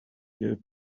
gave